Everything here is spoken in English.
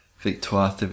Victoire